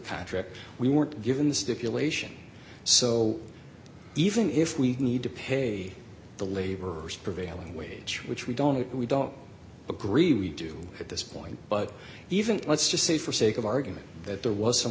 patrick we weren't given the stipulation so even if we need to pay the laborers prevailing wage which we don't and we don't agree we do at this point but even let's just say for sake of argument that there was some